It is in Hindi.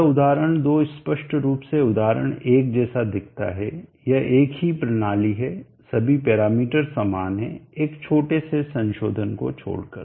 यह उदाहरण दो स्पष्ट रूप से उदाहरण एक जैसा दिखता है यह एक ही प्रणाली है सभी पैरामीटर समान हैं एक छोटे से संशोधन को छोड़कर